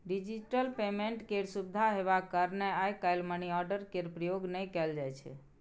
digital payment केर सुविधा हेबाक कारणेँ आइ काल्हि मनीआर्डर केर प्रयोग नहि कयल जाइ छै